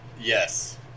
yes